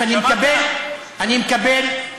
אני מקבל.